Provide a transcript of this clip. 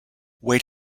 wait